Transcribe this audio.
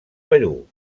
perú